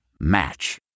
Match